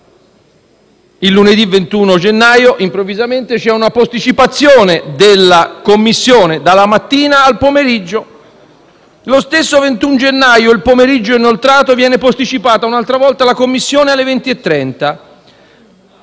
per lunedì 21 gennaio, quando, improvvisamente, c'è una posticipazione della seduta dalla mattina al pomeriggio. Lo stesso 21 gennaio, nel pomeriggio inoltrato viene posticipata un'altra volta la seduta alle 20,30.